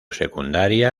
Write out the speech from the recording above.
secundaria